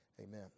Amen